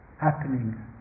happening